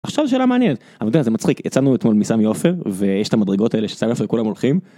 עכשיו שאלה מעניינת אבל אתה יודע זה מצחיק יצאנו אתמול מסמי עופר ויש את המדרגות האלה של סמי עופר שכולם הולכים